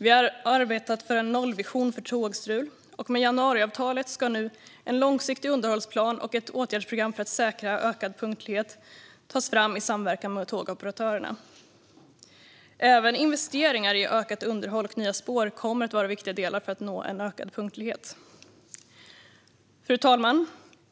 Vi har arbetat för en nollvision för tågstrul, och med januariavtalet ska nu en långsiktig underhållsplan och ett åtgärdsprogram för att säkra ökad punktlighet tas fram i samverkan med tågoperatörerna. Även investeringar i ökat underhåll och nya spår kommer att vara viktiga delar för att nå en ökad punktlighet. Fru talman!